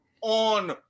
on